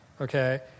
Okay